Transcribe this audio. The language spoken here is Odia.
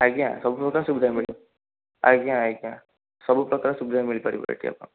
ଆଜ୍ଞା ସବୁପ୍ରକାର ସୁବିଧା ମିଳିବ ଆଜ୍ଞା ଆଜ୍ଞା ସବୁ ପ୍ରକାର ସୁବିଧା ମିଳିପାରିବ ଏଠି ଆପଣଙ୍କୁ